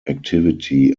activity